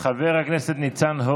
חבר הכנסת עופר כסיף,